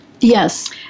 Yes